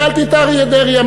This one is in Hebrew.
שאלתי את אריה דרעי,